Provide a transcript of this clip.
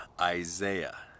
Isaiah